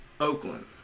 Oakland